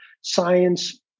science